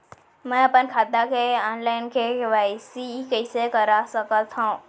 मैं अपन खाता के ऑनलाइन के.वाई.सी कइसे करा सकत हव?